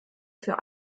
für